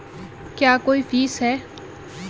क्या कोई फीस है?